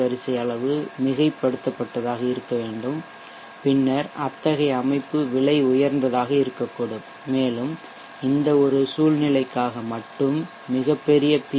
வரிசை அளவு மிகைப்படுத்தப்பட்டதாக இருக்க வேண்டும் பின்னர் அத்தகைய அமைப்பு விலை உயர்ந்ததாக இருக்கக்கூடும் மேலும் இந்த ஒரு சூழ்நிலைக்காக மட்டும் மிகப் பெரிய பி